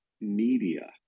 media